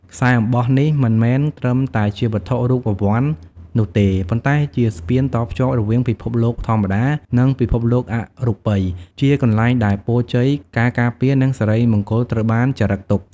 ខ្សែអំបោះនេះមិនមែនត្រឹមតែជាវត្ថុរូបវន្តនោះទេ ប៉ុន្តែជា ស្ពានតភ្ជាប់រវាងពិភពលោកធម្មតា និងពិភពលោកអរូបី ជាកន្លែងដែលពរជ័យ ការការពារ និងសិរីមង្គលត្រូវបានចារឹកទុក។